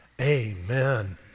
Amen